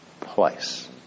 place